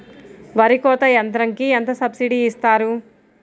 వరి కోత యంత్రంకి ఎంత సబ్సిడీ ఇస్తారు?